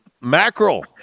Mackerel